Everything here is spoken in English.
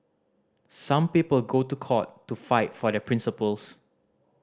some people go to court to fight for their principles